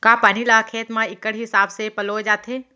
का पानी ला खेत म इक्कड़ हिसाब से पलोय जाथे?